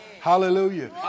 Hallelujah